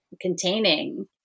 containing